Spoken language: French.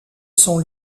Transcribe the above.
son